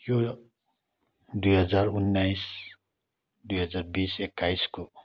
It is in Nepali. यो दुई हजार उन्नाइस दुई हजार बिस एक्काइसको